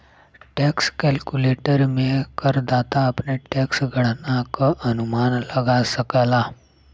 tax calculator में करदाता अपने टैक्स गणना क अनुमान लगा सकला